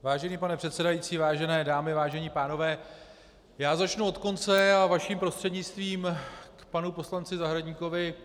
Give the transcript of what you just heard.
Vážený pane předsedající, vážené dámy, vážení pánové, já začnu od konce a vaším prostřednictvím k panu poslanci Zahradníkovi.